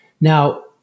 Now